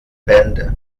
bände